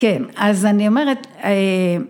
‫כן, אז אני אומרת...